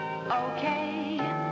Okay